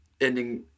ending